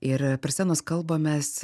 ir per scenos kalbą mes